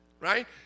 right